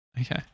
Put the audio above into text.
Okay